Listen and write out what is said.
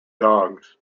dogs